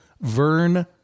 Vern